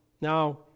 Now